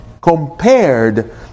compared